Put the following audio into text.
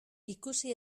ikusi